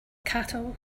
cattle